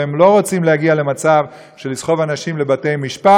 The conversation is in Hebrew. והם לא רוצים להגיע למצב של לסחוב אנשים לבתי-משפט,